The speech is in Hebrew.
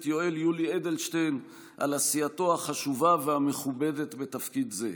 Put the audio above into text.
יואל יולי אדלשטיין על עשייתו החשובה והמכובדת בתפקיד זה.